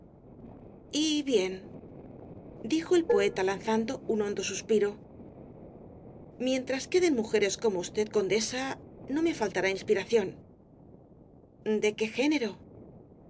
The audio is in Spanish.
y bien dijo el poeta lanzando un hondo suspiro mientras queden mujeres como usted condesa no me faltará inspiración de qué género